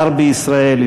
שר בישראל,